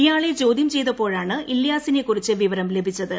ഇയാളെ ചോദ്യം ചെയ്തപ്പോഴാണ് ഇല്യാസിനെക്കുറിച്ച് വിവരം ലഭിച്ചത്